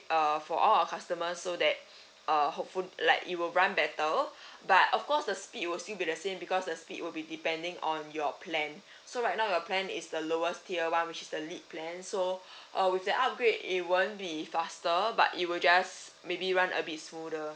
uh for all our customers so that uh hopefully like you will run better but of course the speed will still be the same because the speed will be depending on your plan so right now your plan is the lowest tier one which the lead plan so uh with the upgrade it won't be faster but you will just maybe run a bit smoother